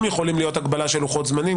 וגם יכולה להיות הגבלה של לוחות-זמנים,